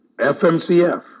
fmcf